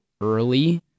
early